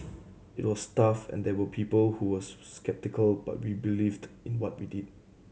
it was tough and there were people who was sceptical but we believed in what we did